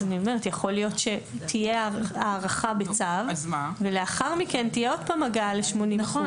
יכול להיות שתהיה הארכה בצו ולאחר מכן תהיה עוד פעם הגעה ל-80%,